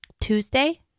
Tuesday